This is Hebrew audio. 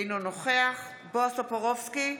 אינו נוכח בועז טופורובסקי,